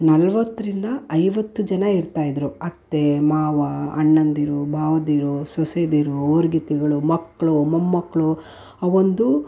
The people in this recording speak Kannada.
ನಲವತ್ತರಿಂದ ಐವತ್ತು ಜನ ಇರ್ತಾಯಿದ್ದರು ಅತ್ತೆ ಮಾವ ಅಣ್ಣಂದಿರು ಭಾವಂದಿರು ಸೊಸೆದೀರು ಓರಗಿತ್ತಿಗಳು ಮಕ್ಕಳು ಮೊಮ್ಮಕ್ಕಳು ಆ ಒಂದು